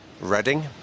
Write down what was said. Reading